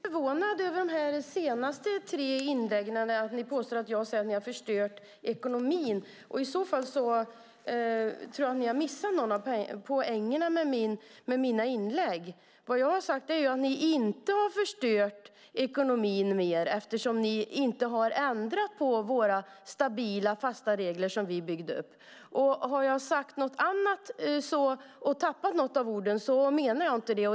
Herr talman! Jag är förvånad över de senaste tre inläggen. Ni påstår att jag säger att ni har förstört ekonomin. I så fall tror jag att ni har missat poängen med mina inlägg. Vad jag har sagt är att ni inte har förstört ekonomin mer, för ni har inte har ändrat på de stabila och fasta regler som vi byggde upp. Har jag sagt något annat och tappat något av orden menar jag inte det.